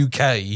UK